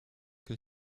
que